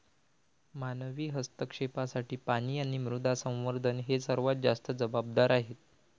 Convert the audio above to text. मानवी हस्तक्षेपासाठी पाणी आणि मृदा संवर्धन हे सर्वात जास्त जबाबदार आहेत